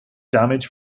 damage